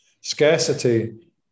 scarcity